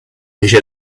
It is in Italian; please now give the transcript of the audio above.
fece